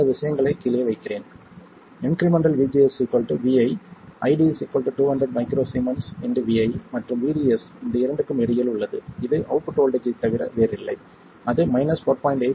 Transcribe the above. அந்த விஷயங்களை கீழே வைக்கிறேன் incremental vGS vi iD 200 µS vi மற்றும் vDS இந்த இரண்டுக்கும் இடையில் உள்ளது இது அவுட்புட் வோல்ட்டேஜ் ஐத் தவிர வேறில்லை அது 4